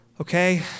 okay